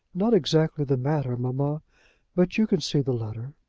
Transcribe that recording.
not exactly the matter, mamma but you can see the letter.